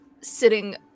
sitting